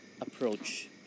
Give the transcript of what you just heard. approach